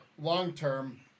long-term